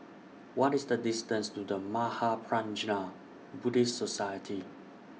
What IS The distance to The Mahaprajna Buddhist Society